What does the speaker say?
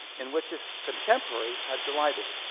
in which his contemporaries had delighted.